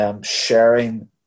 sharing